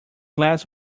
glass